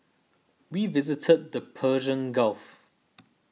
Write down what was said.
we visited the Persian Gulf